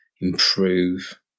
improve